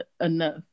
enough